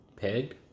Peg